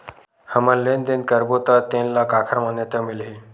हमन लेन देन करबो त तेन ल काखर मान्यता मिलही?